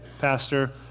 pastor